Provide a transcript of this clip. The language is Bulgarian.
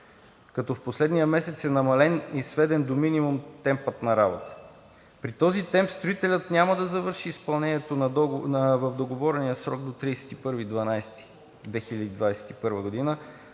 като в последния месец е намален и сведен до минимум темпът на работа. При този темп строителят няма да завърши изпълнението в договорения срок до 31 декември